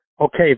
okay